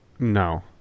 No